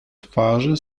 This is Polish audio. twarzy